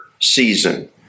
season